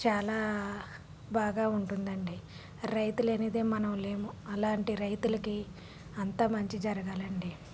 చాలా బాగా ఉంటుంది అండి రైతు లేనిదే మనం లేము అలాంటి రైతులకి అంతా మంచి జరగాలి అండి